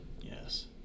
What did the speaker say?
Yes